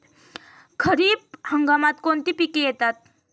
खरीप हंगामात कोणती पिके येतात?